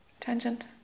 Tangent